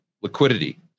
liquidity